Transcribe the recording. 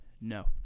no